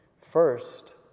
First